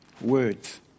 words